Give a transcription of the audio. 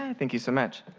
thank you so much,